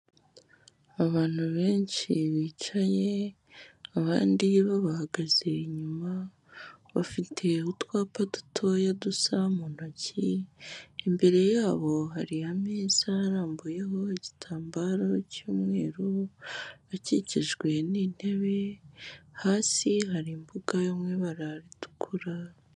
Abantu benshi bicaye, abandi babahagaze inyuma bafite utwapa dutoya dusa mu ntoki, imbere ya bo hari ameza arambuyeho igitambaro cy'umweru akikijwe n'intebe, hasi hari imbuga yo mu ibara ritukura.